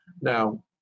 Now